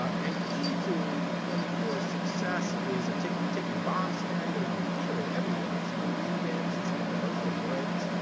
and key to twenty four s success is a ticking ticking bomb scenario. you hear it everywhere. it's in the lead-ins it's in the commercial breaks.